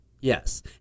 Yes